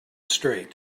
straight